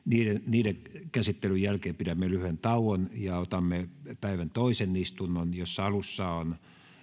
niiden käsittelyn jälkeen pidämme lyhyen tauon ja otamme päivän toisen istunnon jossa alussa on